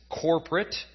corporate